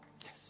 Yes